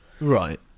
Right